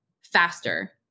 faster